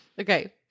Okay